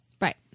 Right